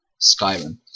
Skyrim